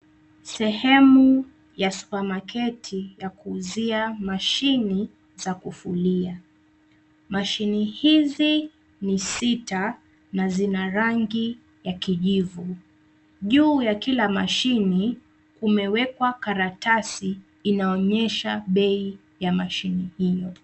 Sehemu ya supamaketi ya kuuzia mashini za kufulia. Mashini hizi ni sita na zina rangi ya kijivu. Juu ya kila mashini, kumewekwa karatasi inaonyesha bei ya mashini hio.